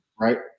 right